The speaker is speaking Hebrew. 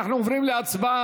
אנחנו עוברים להצבעה.